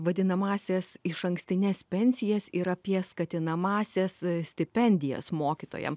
vadinamąsias išankstines pensijas ir apie skatinamąsias stipendijas mokytojam